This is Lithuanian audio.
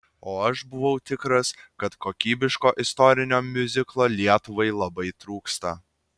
o aš buvau tikras kad kokybiško istorinio miuziklo lietuvai labai trūksta